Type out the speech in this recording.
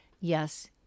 Yes